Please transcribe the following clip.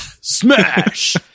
Smash